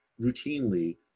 routinely